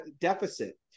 deficit